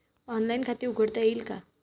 Online खाते उघडता येईल का?